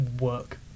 work